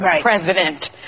president